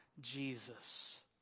Jesus